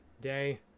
day